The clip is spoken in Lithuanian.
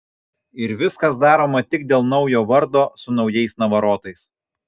ir viskas daroma tik dėl naujo vardo su naujais navarotais